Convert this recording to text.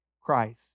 Christ